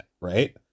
right